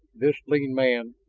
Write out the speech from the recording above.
this lean man,